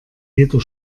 jeder